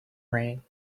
rain